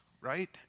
right